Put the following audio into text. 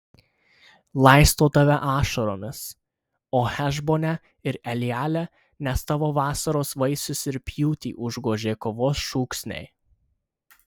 laistau tave ašaromis o hešbone ir eleale nes tavo vasaros vaisius ir pjūtį užgožė kovos šūksniai